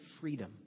freedom